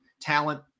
talent